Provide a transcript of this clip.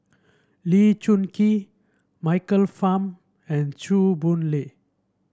Lee Choon Kee Michael Fam and Chew Boon Lay